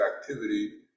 activity